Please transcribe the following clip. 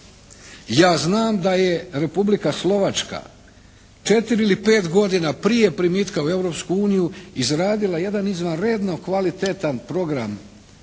Ja znam da je Republika Slovačka 4 ili 5 godina prije primitka u Europsku uniju izradila jedan izvanredno kvalitetan program,